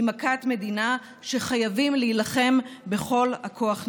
היא מכת מדינה שחייבים להילחם בה בכל הכוח.